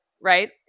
right